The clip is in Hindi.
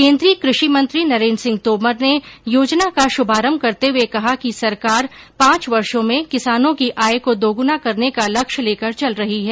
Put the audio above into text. केन्द्रीय कृषि मंत्री नरेन्द्र सिंह तोमर ने योजना का शुभारंभ करते हुए कहा कि सरकार पांच वर्षों में किसानों की आय को दोगुना करने का लक्ष्य लेकर चल रही है